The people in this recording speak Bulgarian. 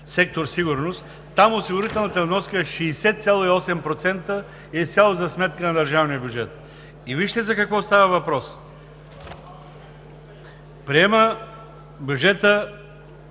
сектор „Сигурност“, там осигурителната вноска е 60,8% и е изцяло за сметка на държавния бюджет. И вижте за какво става въпрос. Приема бюджета